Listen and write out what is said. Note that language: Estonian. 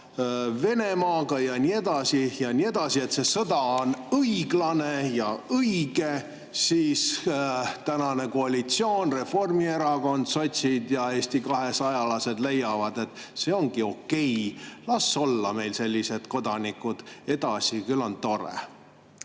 edasi ja nii edasi, see sõda on õiglane ja õige, siis tänane koalitsioon – Reformierakond, sotsid ja Eesti 200-lased – leiab, et see ongi okei, las olla meil sellised kodanikud edasi, küll on tore.